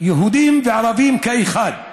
יהודים וערבים כאחד.